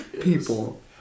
People